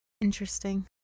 Interesting